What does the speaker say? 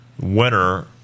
winner